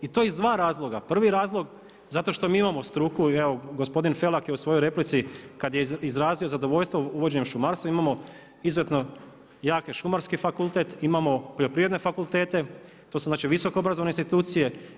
I to iz dva razloga, prvi razlog zato što mi imamo struku, evo i gospodin Felak je u svojoj replici kad je izrazio zadovoljstvo uvođenjem šumarstva, imamo izuzetno jaki Šumarski fakultet, imamo poljoprivredne fakultete, to su znači visoko obrazovane institucije.